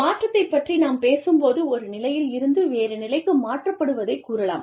மாற்றத்தைப் பற்றி நாம் பேசும்போது ஒரு நிலையில் இருந்து வேறு நிலைக்கு மாற்றப்படுவதை கூறலாம்